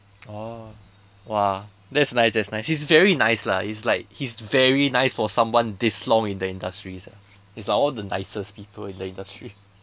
oh !wah! that's nice that's nice he is very nice lah he is like he is very nice for someone this long in the industries ah he's like one of the nicest people in the industry